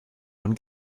man